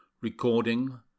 Recording